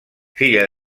filla